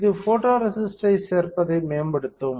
இது போட்டோரேசிஸ்டைச் சேர்ப்பதை மேம்படுத்தும்